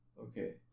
Okay